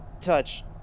touch